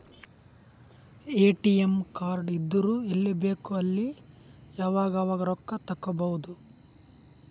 ATM card ಇದ್ದುರ್ ಎಲ್ಲಿ ಬೇಕ್ ಅಲ್ಲಿ ಯಾವಾಗ್ ಅವಾಗ್ ರೊಕ್ಕಾ ತೆಕ್ಕೋಭೌದು